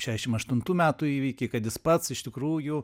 šešimt aštuntų metų įvykiai kad jis pats iš tikrųjų